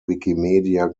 wikimedia